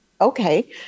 okay